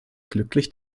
glücklich